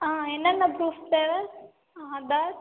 என்னென்ன ப்ரூஃவ் தேவை ஆதார்